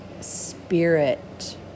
Spirit